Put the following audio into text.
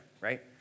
right